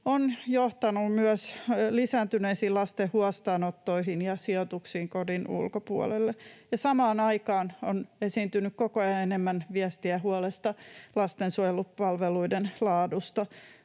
on johtanut myös lisääntyneisiin lasten huostaanottoihin ja sijoituksiin kodin ulkopuolelle. Samaan aikaan on esiintynyt koko ajan enemmän viestiä huolesta lastensuojelupalveluiden laadusta.